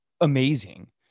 amazing